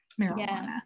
marijuana